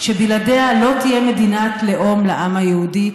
שבלעדיה לא תהיה מדינת לאום לעם היהודי,